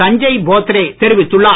சஞ்சய் போத்ரே தெரிவித்துள்ளார்